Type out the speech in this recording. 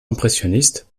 impressionnistes